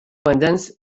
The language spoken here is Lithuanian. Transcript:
vandens